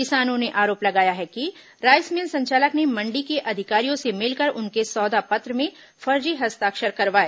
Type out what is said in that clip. किसानों ने आरोप लगाया है कि राईस मिल संचालक ने मण्डी के अधिकारियों से मिलकर उनके सौदा पत्र में फर्जी हस्ताक्षर करवाए